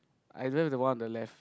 either the one on the left